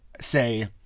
say